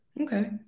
Okay